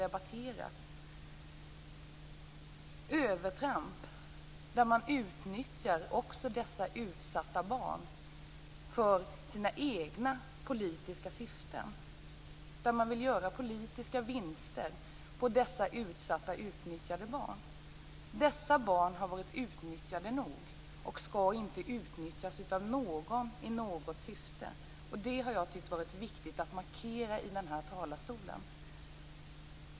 Det gäller då övertramp där man utnyttjar också de här utsatta barnen för sina egna politiska syften. Man vill göra politiska vinster på de här utsatta och utnyttjade barnen. Men dessa barn har blivit tillräckligt utnyttjade och skall inte fortsatt utnyttjas av någon i något syfte. Det tycker jag att det har varit viktigt att markera här från denna talarstol.